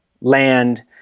land